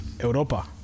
Europa